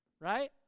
right